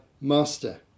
master